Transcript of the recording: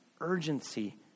urgency